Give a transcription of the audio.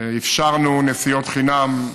אפשרנו נסיעות חינם,